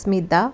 Smitha